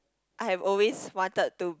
I've always wanted to